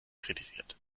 kritisiert